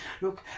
Look